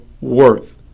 worth